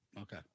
Okay